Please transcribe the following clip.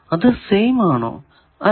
അത് സെയിം ആണോ അല്ല